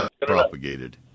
propagated